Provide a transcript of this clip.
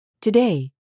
Today